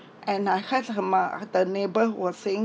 and I heard her mo~ the neighbour was saying